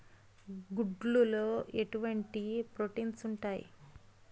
గుడ్లు లో ఎటువంటి ప్రోటీన్స్ ఉంటాయి?